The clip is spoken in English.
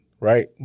right